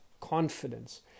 confidence